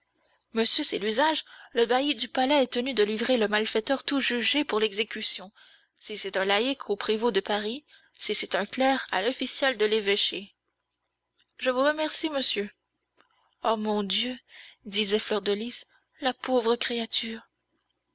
monsieur c'est l'usage le bailli du palais est tenu de livrer le malfaiteur tout jugé pour l'exécution si c'est un laïc au prévôt de paris si c'est un clerc à l'official de l'évêché je vous remercie monsieur oh mon dieu disait fleur de lys la pauvre créature